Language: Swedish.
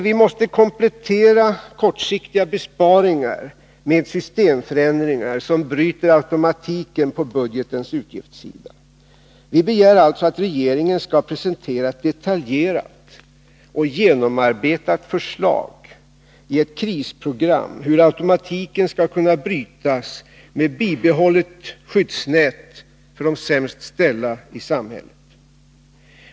Vi måste komplettera kortsiktiga besparingar med systemförändringar som bryter automatiken på budgetens utgiftssida. Vi begär alltså att regeringen skall presentera ett detaljerat och genomarbetat förslag i ett krisprogram om hur automatiken skall kunna brytas med bibehållet skyddsnät för de sämst ställda i samhället.